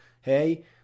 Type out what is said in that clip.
Hey